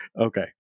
Okay